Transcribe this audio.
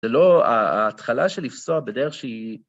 זה לא, ההתחלה של לפסוע בדרך שהיא...